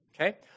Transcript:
Okay